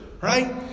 right